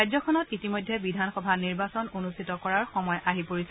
ৰাজ্যখনত ইতিমধ্যে বিধানসভা নিৰ্বাচন অনুষ্ঠিত কৰাৰ সময় আহি পৰিছে